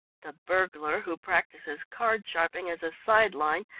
the burglar who practises card-sharping as a side-line,